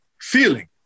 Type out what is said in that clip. feeling